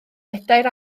bedair